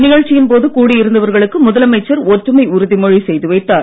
நிகழ்ச்சியின் போது கூடி இருந்தவர்களுக்கு முதலமைச்சர் ஒற்றுமை உறுதிமொழி செய்து வைத்தார்